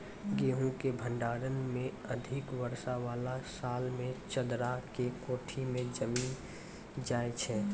गेहूँ के भंडारण मे अधिक वर्षा वाला साल मे चदरा के कोठी मे जमीन जाय छैय?